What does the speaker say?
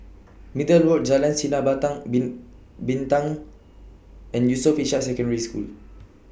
Middle Road Jalan Sinar Bin Bintang and Yusof Ishak Secondary School